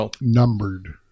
numbered